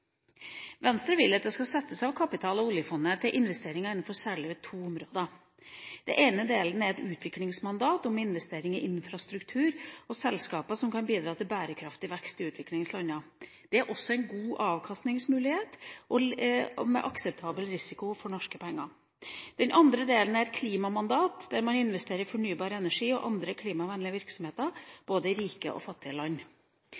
Venstre vil at det skal settes av kapital fra oljefondet til investeringer innenfor særlig to områder. Den ene delen skal ha et utviklingsmandat og investere i infrastruktur og selskaper som kan bidra til bærekraftig vekst i utviklingsland der det er gode avkastningsmuligheter og akseptabel risiko for norske penger. Den andre delen skal ha et klimamandat og investere i fornybar energi og annen klimavennlig virksomhet både i rike og fattige land.